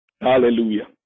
Hallelujah